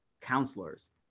counselors